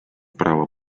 право